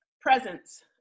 Presence